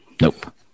Nope